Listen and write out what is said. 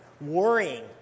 worrying